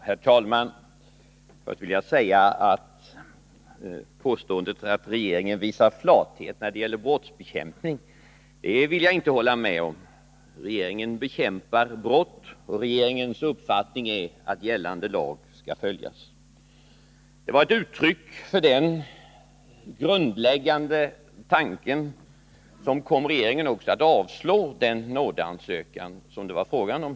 Herr talman! Först vill jag vända mig mot påståendet att regeringen visar flathet när det gäller brottsbekämpning. Regeringen bekämpar brott, och regeringens uppfattning är att gällande lag skall följas. Det var också ett uttryck för den grundläggande tanken som låg bakom regeringens beslut att avslå den nådeansökan som gjordes.